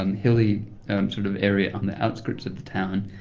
um hilly and sort of area on the outskirts of the town.